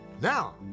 Now